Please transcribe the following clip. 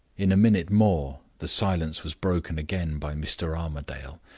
in a minute more the silence was broken again by mr. armadale.